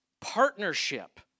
partnership